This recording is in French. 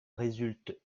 résulte